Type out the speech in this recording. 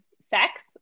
sex